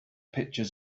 pictures